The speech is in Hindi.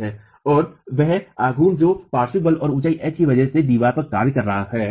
है और वह आघूर्ण जो पार्श्व बल और ऊंचाई h की वजह से दीवार पर कार्य कर रहा है